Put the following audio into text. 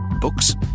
Books